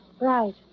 Right